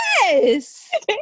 Yes